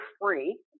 free